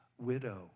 widow